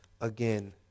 again